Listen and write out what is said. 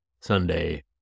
Sunday